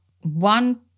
one